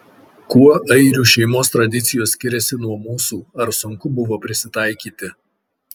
kuo airių šeimos tradicijos skiriasi nuo mūsų ar sunku buvo prisitaikyti